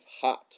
hot